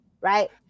right